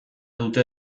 dute